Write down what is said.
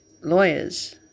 lawyers